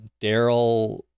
Daryl